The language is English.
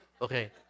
okay